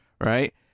right